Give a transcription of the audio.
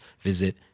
visit